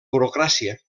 burocràcia